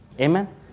Amen